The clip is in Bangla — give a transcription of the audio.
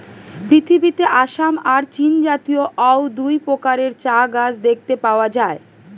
পৃথিবীতে আসাম আর চীনজাতীয় অউ দুই প্রকারের চা গাছ দেখতে পাওয়া যায়